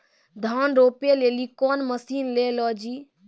धान रोपे लिली कौन मसीन ले लो जी?